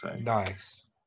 Nice